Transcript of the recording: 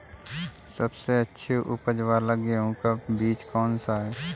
सबसे अच्छी उपज वाला गेहूँ का बीज कौन सा है?